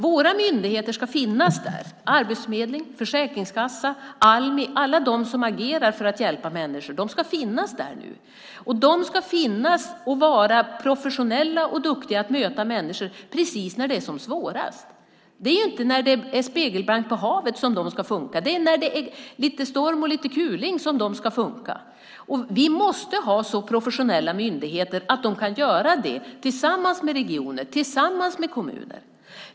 Våra myndigheter ska finnas där - Arbetsförmedlingen, Försäkringskassan och Almi. Alla som agerar för att hjälpa människor ska finnas där nu. De ska finnas där och vara professionella och duktiga på att möta människor när det är som svårast. Det är inte när det är spegelblankt på havet som våra myndigheter ska fungera, utan det är när det är lite storm och lite kuling som de ska fungera. Vi måste ha så professionella myndigheter att de kan göra det, tillsammans med regioner och kommuner.